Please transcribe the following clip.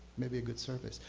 may be a good service.